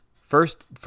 First